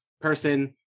person